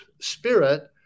spirit